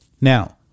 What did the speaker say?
Now